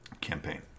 campaign